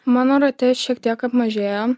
mano rate šiek tiek apmažėjo